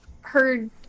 heard